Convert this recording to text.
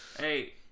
Hey